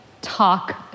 talk